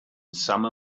summer